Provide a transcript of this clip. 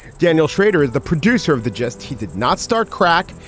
daniel shrader is the producer of the gist. he did not start crack.